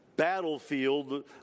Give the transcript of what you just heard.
Battlefield